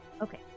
Okay